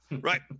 right